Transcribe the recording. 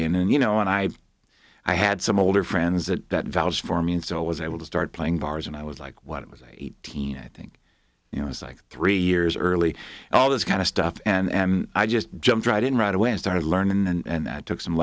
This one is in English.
in and you know and i i had some older friends that val's for me and so i was able to start playing bars and i was like what it was eighteen i think you know i was like three years early all this kind of stuff and i just jumped right in right away and started learning and that took some